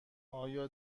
آیا